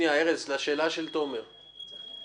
אנחנו צריכים להיות מאוד מדויקים בעניין הזה.